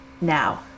now